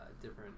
different